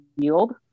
yield